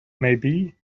maybe